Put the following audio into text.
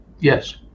Yes